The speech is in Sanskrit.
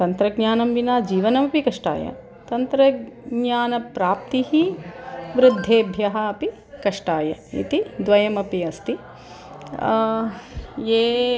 तन्त्रज्ञानं विना जीवनमपि कष्टाय तन्त्रज्ञानप्राप्तिः वृद्धेभ्यः अपि कष्टाय इति द्वयमपि अस्ति ये